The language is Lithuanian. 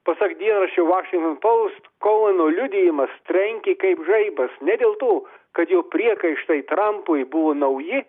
pasak dienraščio vašington puost koeno liudijimas trenkė kaip žaibas ne dėl to kad jo priekaištai trampui buvo nauji